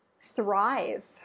thrive